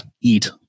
eat